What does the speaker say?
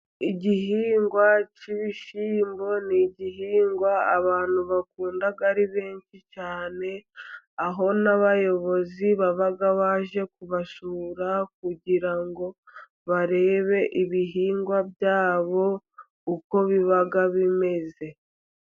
Igihingwa cy'ibishyimbo, ni igihingwa abantu bakunda ari benshi cyane, aho n'abayobozi baba baje kubasura kugira ngo barebe ibihingwa byabo uko biba bimeze.